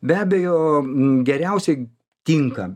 be abejo geriausiai tinka